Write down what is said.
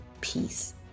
peace